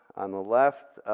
on the left